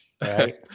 right